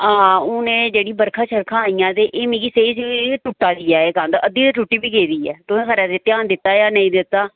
हां हून एह् जेह्ड़ी बरखा शरखा आइयां ते एह् मिगी सेही होंदा टुट्टा दी ऐ एह कंध अद्धी ते टुट्टी बी गेदी ऐ तुसें खरा ध्यान दित्ता ऐ जां नेईं दित्ता